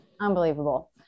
Unbelievable